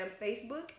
Facebook